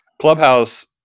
Clubhouse